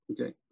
okay